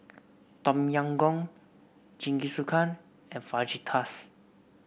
Tom Yam Goong Jingisukan and Fajitas